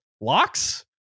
Locks